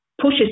pushes